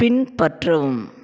பின்பற்றவும்